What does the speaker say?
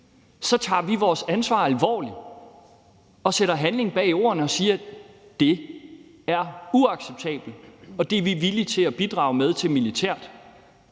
Så tager vi vores ansvar alvorligt, sætter handling bag ordene og siger: Det er uacceptabelt, og det er vi villige til at bidrage til at